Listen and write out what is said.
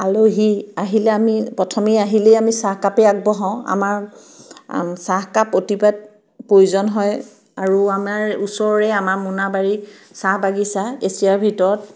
আলহী আহিলেই আমি প্ৰথমেই আহিলে আমি চাহকাপেই আগবঢ়াওঁ আমাৰ চাহকাপ অতিপাত প্ৰয়োজন হয় আৰু আমাৰ ওচৰৰেই আমাৰ মোনাবাৰীত চাহ বাগিচা এচিয়াৰ ভিতৰত